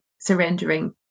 surrendering